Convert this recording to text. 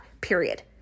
period